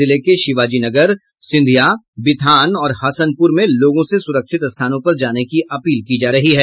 जिले के शिवाजीनगर सिंधिया बिथान और हसनपुर में लोगों से सुरक्षित स्थानों पर जाने की अपील की जा रही है